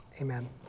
amen